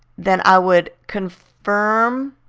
then i would confirm